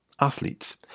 athletes